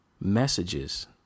messages